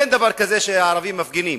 אין דבר כזה שהערבים מפגינים,